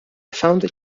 found